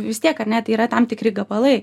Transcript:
vis tiek ar ne tai yra tam tikri gabalai